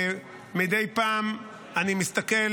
ומדי פעם אני מסתכל